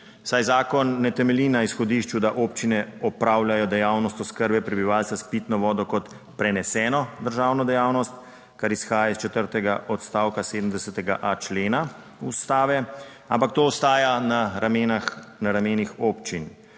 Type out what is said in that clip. saj zakon ne temelji na izhodišču, da občine opravljajo dejavnost oskrbe prebivalstva s pitno vodo kot preneseno državno dejavnost, kar izhaja iz četrtega odstavka 70. člena Ustave. Ampak to ostaja na ramenih občin.